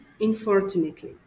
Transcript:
unfortunately